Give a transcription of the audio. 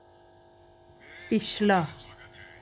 पिछला